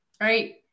Right